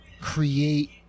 create